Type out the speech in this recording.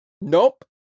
Nope